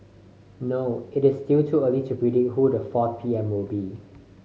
no it is still too early to predict who the fourth P M will be